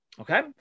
Okay